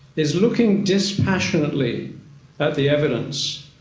is looking dispassionately at the evidence.